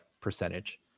percentage